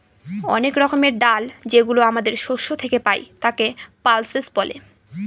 অনেক রকমের ডাল যেগুলো আমাদের শস্য থেকে পাই, তাকে পালসেস বলে